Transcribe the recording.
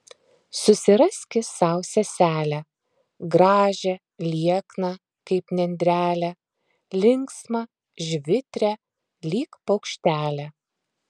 susiraski sau seselę gražią liekną kaip nendrelę linksmą žvitrią lyg paukštelę